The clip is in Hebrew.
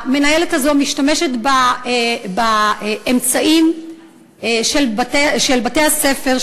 המנהלת הזאת משתמשת באמצעים של בתי-ספר,